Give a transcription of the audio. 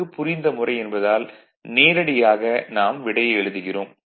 நன்கு புரிந்த முறை என்பதால் நேரடியாக நாம் விடையை எழுதுகிறோம்